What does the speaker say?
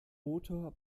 motor